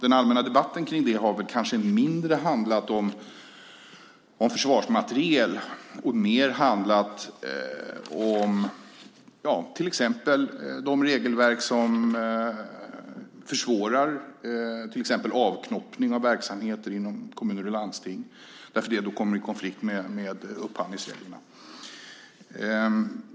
Den allmänna debatten kring det har väl kanske mindre handlat om försvarsmateriel och mer handlat om till exempel de regelverk som försvårar till exempel avknoppning av verksamheter inom kommuner och landsting, eftersom det kommer i konflikt med upphandlingsreglerna.